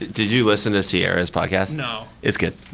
did you listen to sierra's podcast? no it's good.